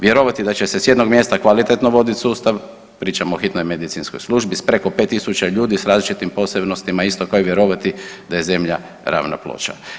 Vjerovati da će se s jednog mjesta kvalitetno voditi sustav, pričamo o hitnoj medicinskoj službi s preko 5000 ljudi, s različitim posebnostima, isto kao i vjerovati da je Zemlja ravna ploča.